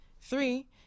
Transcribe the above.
Three